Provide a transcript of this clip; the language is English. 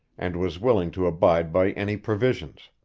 and was willing to abide by any provisions.